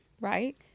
right